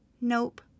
Nope